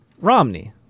Romney